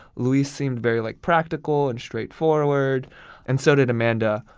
luis seemed very like practical and straightforward and so did amanda.